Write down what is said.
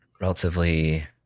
relatively